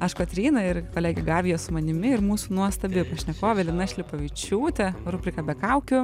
aš kotryna ir kolegė gabija su manimi ir mūsų nuostabi pašnekovė lina šlipavičiūtė rubrika be kaukių